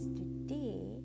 today